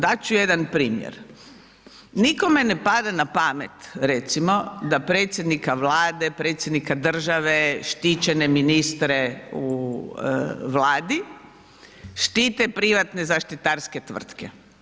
Dat ću jedan primjer, nikome ne pada na pamet, recimo da predsjednika Vlade, predsjednika države, štićene ministre u Vladi, štite privatne zaštitarske tvrtke.